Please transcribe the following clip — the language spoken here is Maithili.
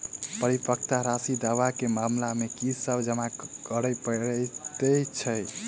परिपक्वता राशि दावा केँ मामला मे की सब जमा करै पड़तै छैक?